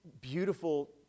beautiful